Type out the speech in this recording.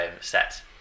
set